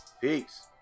Peace